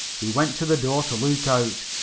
he went to the door to look out.